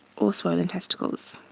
or swollen testicles.